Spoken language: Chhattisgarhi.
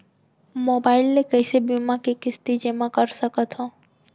मोबाइल ले कइसे बीमा के किस्ती जेमा कर सकथव?